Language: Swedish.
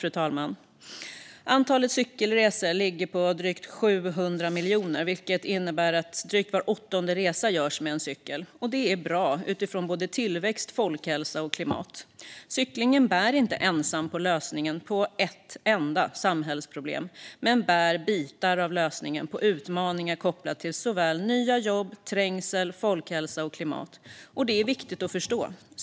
Slutligen: Antalet cykelresor är drygt 700 miljoner, vilket innebär att drygt var åttonde resa görs med cykel. Det är bra utifrån både tillväxt, folkhälsa och klimat. Cyklingen bär inte ensam på lösningen på ett enda samhällsproblem men bär bitar av lösningen på utmaningar kopplat till såväl nya jobb som trängsel, folkhälsa och klimat. Det är viktigt att förstå.